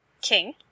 king